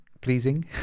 Pleasing